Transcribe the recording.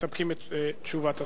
מסתפקים בתשובת השר.